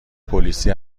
پلیسی